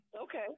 Okay